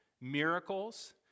Miracles